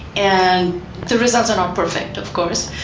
and the results are not perfect, of course.